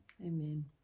Amen